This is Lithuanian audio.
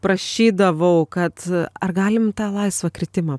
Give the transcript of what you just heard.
prašydavau kad ar galim tą laisvą kritimą